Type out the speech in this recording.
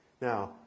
Now